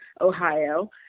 Ohio